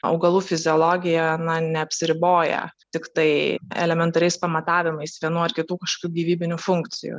augalų fiziologija na neapsiriboja tiktai elementariais pamatavimais vienų ar kitų kažkokių gyvybinių funkcijų